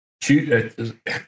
shoot